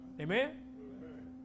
amen